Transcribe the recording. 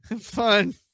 Fun